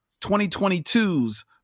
2022's